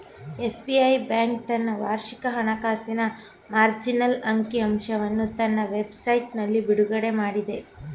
SBI bank ತನ್ನ ವಾರ್ಷಿಕ ಹಣಕಾಸಿನ ಮಾರ್ಜಿನಲ್ ಅಂಕಿ ಅಂಶವನ್ನು ತನ್ನ ವೆಬ್ ಸೈಟ್ನಲ್ಲಿ ಬಿಡುಗಡೆಮಾಡಿದೆ